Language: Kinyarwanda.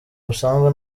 busanzwe